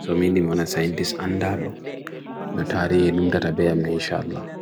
ʻi ʻa ʻi ʻona scientist ʻanda ʻadoni ʻotari ʻi ʻnumdara ʻa ʻbe ʻam ʻi ʻin ʻi ʻa ʻala